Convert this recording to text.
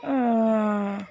ஆ